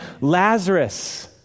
Lazarus